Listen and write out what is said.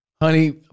honey